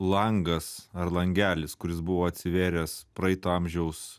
langas ar langelis kuris buvo atsivėręs praeito amžiaus